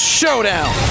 showdown